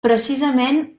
precisament